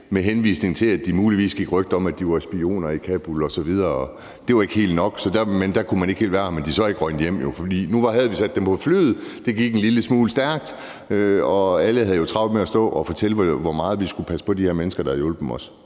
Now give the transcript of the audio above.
med henvisning til at der muligvis gik rygter om, at de var spioner i Kabul osv. Det var ikke helt nok til at kunne være her, men de er så ikke røget hjem, for nu havde vi sat dem på flyet. Det gik en lille smule stærkt, og alle havde jo travlt med at stå og fortælle, hvor meget vi skulle passe på de her mennesker, der havde hjulpet os.